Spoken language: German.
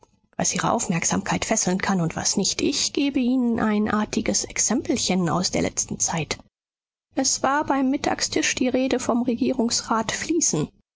was ihre aufmerksamkeit fesseln kann und was nicht ich gebe ihnen ein artiges exempelchen aus der letzten zeit es war beim mittagstisch die rede vom regierungsrat